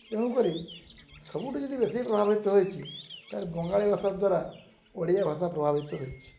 ତେଣୁକରି ସବୁଠୁ ଯଦି ବେଶୀ ପ୍ରଭାବିତ ହେଇଛି ତାହେଲେ ବଙ୍ଗାଳୀ ଭାଷା ଦ୍ୱାରା ଓଡ଼ିଆ ଭାଷା ପ୍ରଭାବିତ ହେଇଛି